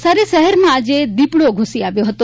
નવસારી શહેરમાં આજે દીપડો ઘુસી આવ્યો હતો